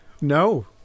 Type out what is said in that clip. No